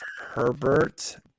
Herbert